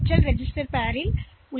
L ரெஜிஸ்டர்பேர்யில் கிடைக்கிறது